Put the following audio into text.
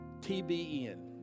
TBN